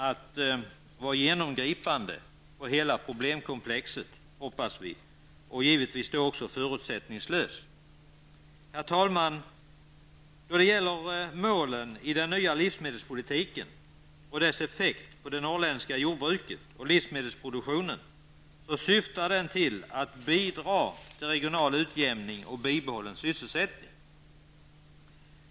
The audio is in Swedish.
Vidare hoppas vi att hela problemkomplexet behandlas på ett genomgripande sätt och givetvis förutsättningslöst. Herr talman! Målen i den nya livsmedelspolitiken och dess effekter på det norrländska jordbruket och livsmedelsproduktionen är att bidra till regional utjämning och bibehållen sysselsättning.